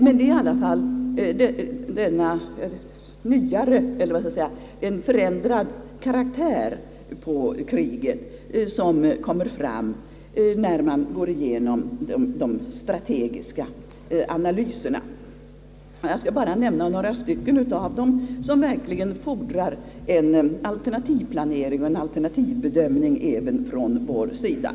Det är i alla fall en förändrad karaktär hos kriget, som kommer fram när man går igenom de strategiska analyserna. Jag skall bara nämna några av dem, som verkligen fordrar en alternativplanering och en alternativbedömning från vår sida.